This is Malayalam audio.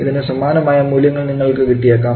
ഇതിനു സമാനമായ മൂല്യങ്ങൾ നിങ്ങൾക്ക് കിട്ടിയേക്കാം